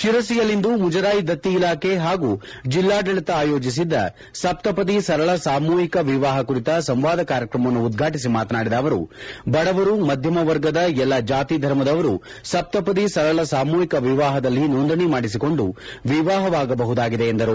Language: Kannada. ತಿರಸಿಯಲ್ಲಿಂದು ಮುಜರಾಯಿ ದತ್ತಿ ಇಲಾಖೆ ಹಾಗೂ ಜೆಲ್ಲಾಡಳಿತ ಆಯೋಜಿಸಿದ್ದ ಸಪ್ತಪದಿ ಸರಳ ಸಾಮೂಹಿಕ ವಿವಾಹ ಕುರಿತ ಸಂವಾದ ಕಾರ್ಯಕ್ರಮವನ್ನು ಉದ್ವಾಟಿಸಿ ಮಾತನಾಡಿದ ಅವರು ಬಡವರು ಮಧ್ಯಮ ವರ್ಗದ ಎಲ್ಲ ಜಾತಿ ಧರ್ಮದವರೂ ಸಪ್ತಪದಿ ಸರಳ ಸಾಮೂಹಿಕ ವಿವಾಹದಲ್ಲಿ ನೋಂದಣಿ ಮಾಡಿಸಿಕೊಂಡು ವಿವಾಹವಾಗಬಹುದಾಗಿದೆ ಎಂದರು